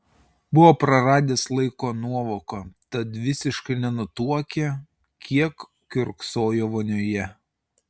buvo praradęs laiko nuovoką tad visiškai nenutuokė kiek kiurksojo vonioje